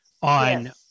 on